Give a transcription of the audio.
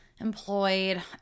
employed